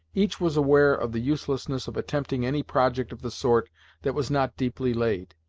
each was aware of the uselessness of attempting any project of the sort that was not deeply laid,